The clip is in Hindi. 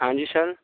हाँ जी सर